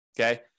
okay